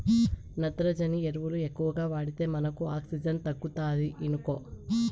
నత్రజని ఎరువులు ఎక్కువగా వాడితే మనకు ఆక్సిజన్ తగ్గుతాది ఇనుకో